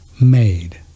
made